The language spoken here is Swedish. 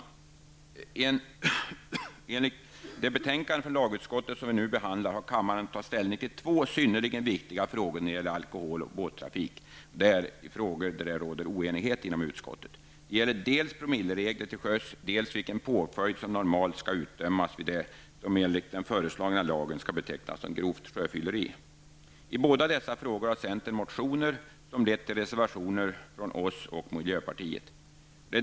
Enligt det betänkande från lagutskottet som vi nu behandlar har kammaren att ta ställning till två synnerligen viktiga frågor när det gäller alkohol och båttrafik, frågor där oenighet råder inom utskottet. Det gäller dels promilleregler till sjöss, dels vilken påföljd som normalt skall utdömas vid det som enligt den föreslagna lagen skall betecknas som grovt sjöfylleri. I båda dessa frågor har centern väckt motioner som lett till reservationer från oss och miljöpartiet.